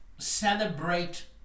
celebrate